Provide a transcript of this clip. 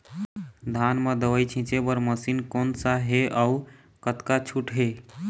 धान म दवई छींचे बर मशीन कोन सा हे अउ कतका छूट हे?